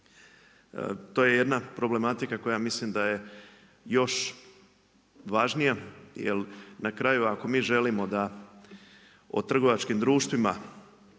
To je jedna problematika koja mislim da je još važnija, jer na kraju ako mi želimo da o trgovačkim društvima